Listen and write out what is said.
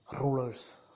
rulers